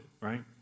right